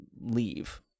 leave